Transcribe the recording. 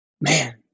Man